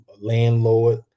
landlord